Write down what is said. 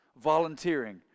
Volunteering